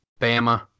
Bama